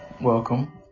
welcome